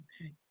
Okay